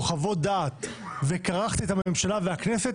או חוות דעת וכרכת איתם את הממשלה ואת הכנסת,